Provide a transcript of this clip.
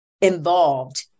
involved